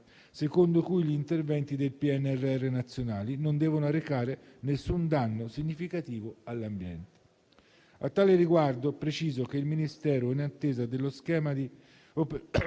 secondo cui gli interventi del PNRR nazionali non devono arrecare alcun danno significativo all'ambiente. A tale riguardo, preciso che il Ministero è in attesa dello schema di *operational